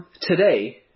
today